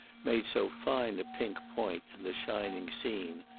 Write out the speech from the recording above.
made so fine a pink point in the shining scene.